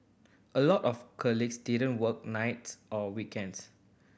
a lot of colleagues didn't work nights or weekends